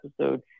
episode